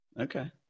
Okay